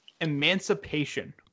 Emancipation